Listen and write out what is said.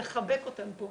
לחבק אותם פה.